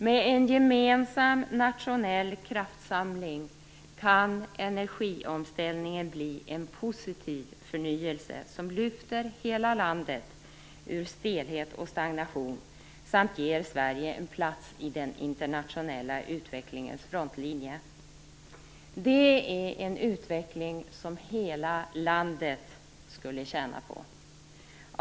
Med en gemensam nationell kraftsamling kan energiomställningen bli en positiv förnyelse som lyfter hela landet ur stelhet och stagnation och som ger Sverige en plats i den internationella utvecklingens frontlinje. Det är en utveckling som hela landet skulle tjäna på.